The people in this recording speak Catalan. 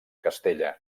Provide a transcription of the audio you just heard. castella